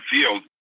field